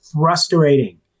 frustrating